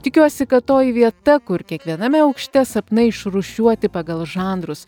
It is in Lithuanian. tikiuosi kad toji vieta kur kiekviename aukšte sapnai išrūšiuoti pagal žanrus